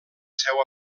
seu